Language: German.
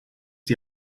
die